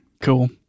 Cool